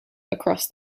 across